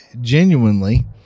genuinely